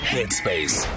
Headspace